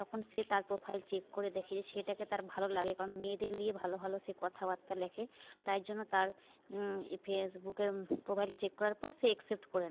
তখন সে তার প্রোফাইল চেক করে দেখে যে ছেলেটাকে তার ভালো লাগে কারণ মেয়েদের নিয়ে ভালো ভালো সে কথাবার্তা লেখে তাই জন্য তার এ ফেসবুকের পোফাইলটা চেক করার পর সে একসেপ্ট করে নেয়